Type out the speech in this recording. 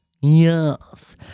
Yes